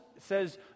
says